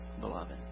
beloved